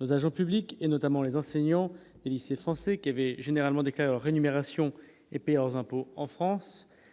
Nos agents publics et notamment les enseignants et lycées français qui avaient généralement d'éclaireurs énumération et payer en impôts en France